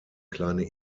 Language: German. kleine